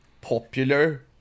popular